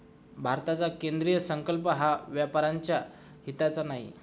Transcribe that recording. भारताचा केंद्रीय अर्थसंकल्प हा व्यापाऱ्यांच्या हिताचा नाही